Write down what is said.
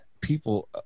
people